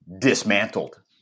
dismantled